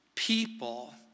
People